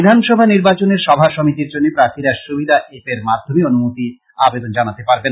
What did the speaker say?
বিধানসভা নির্বাচনের সভা সমিতির জন্য প্রার্থীরা সুবিধা এ্যপের মাধ্যমে অনুমতির আবেদন জানাতে পারবেন